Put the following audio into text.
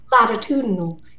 latitudinal